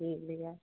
जी भैया